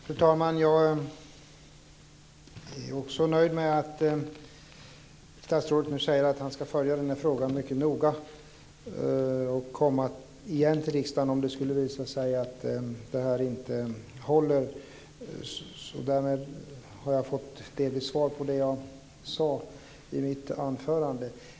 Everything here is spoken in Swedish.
Fru talman! Jag är också nöjd med att statsrådet nu säger att han ska följa den här frågan mycket noga och komma tillbaka till riksdagen om det skulle visa sig att det här inte håller. Därmed har jag delvis fått svar på det jag frågade om i mitt anförande.